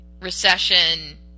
recession